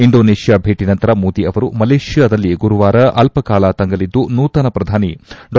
Indonesia ಭೇಟಿ ನಂತರ ಮೋದಿ ಅವರು ಮಲೇಷ್ಯಾದಲ್ಲಿ ಗುರುವಾರ ಅಲ್ಲಕಾಲ ತಂಗಲಿದ್ದು ನೂತನ ಪ್ರಧಾನಿ ಡಾ